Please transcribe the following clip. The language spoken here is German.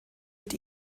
mit